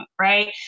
right